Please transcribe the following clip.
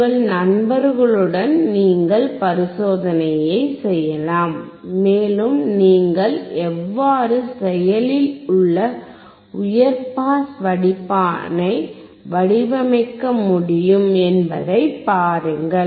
உங்கள் நண்பர்களுடன் நீங்கள் பரிசோதனையைச் செய்யலாம் மேலும் நீங்கள் எவ்வாறு செயலில் உள்ள உயர் பாஸ் வடிப்பானை வடிவமைக்க முடியும் என்பதைப் பாருங்கள்